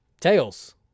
Tails